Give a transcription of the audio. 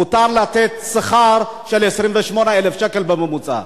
מותר לתת שכר של 28,000 שקל בממוצע.